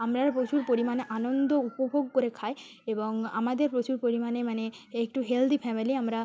আমরা প্রচুর পরিমাণে আনন্দ উপভোগ করে খাই এবং আমাদের প্রচুর পরিমাণে মানে একটু হেলদি ফ্যামিলি আমরা